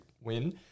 win